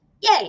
yay